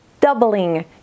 doubling